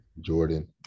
Jordan